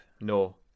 No